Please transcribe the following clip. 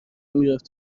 میرفت